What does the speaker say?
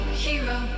hero